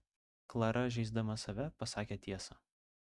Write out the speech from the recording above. klara žeisdama save pasakė tiesą